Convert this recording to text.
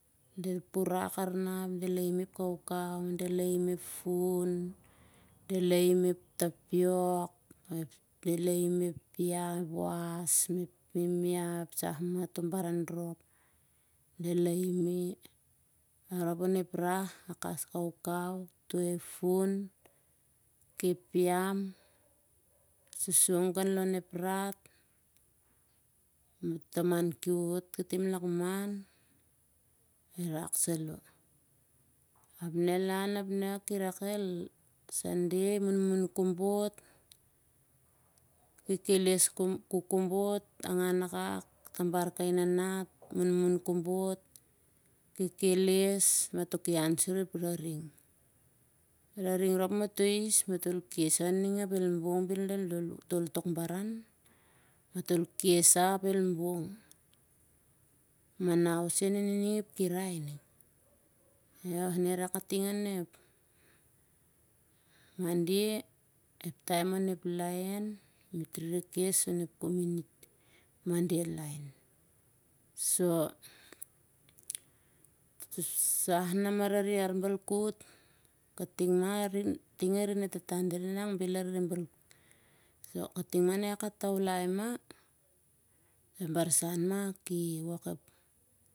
Del purak lar nah ap del aim ep fun del aim ep tapiok del aim ep was mah ep mimia ep sah maloh, toh baran rop. del aimi, arop on ep rah akas kaukau toi ep fun kep yam sosong kan lon ep rat. matoh taman ki wot katim lakman iraksaloh. ap nah el han ap kirak el sunde, munmun kobot kuk kobot. angan akak tabar kai nana kekeles matoh ki han sur ep araring. araring rop matol his matol kes sah ning ap el bong bel del tol tok baran. matol kes sah ap el bong. manau sen on ining ep kirah ning. ioh na i rak kating on ep monde ep taem on ep laen, met rere kes on ep monde laen. sah na mara re arbalkut, ting are tata dira e nana bel are balkut. kating mah na iau ka taulai mah ep barsan mah ep barsan mah ki wok ep